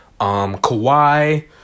Kawhi